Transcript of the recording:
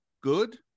good